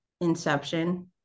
Inception